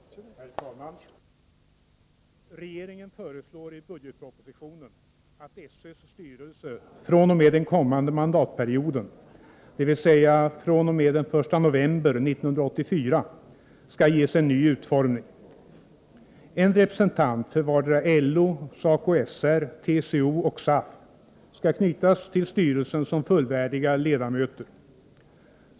Herr talman! Regeringen föreslår i budgetpropositionen att SÖ:s styrelse fr.o.m. den kommande mandatperioden, dvs. fr.o.m. den 1 november 1984, skall ges en ny utformning. En representant för vardera LO, SACO/SR, TCO och SAF skall knytas till styrelsen som fullvärdiga ledamöter.